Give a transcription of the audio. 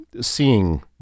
seeing